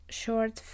short